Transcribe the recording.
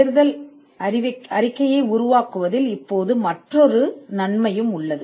காப்புரிமை தேடல் அறிக்கையை உருவாக்குவதில் இப்போது மற்றொரு நன்மையும் உள்ளது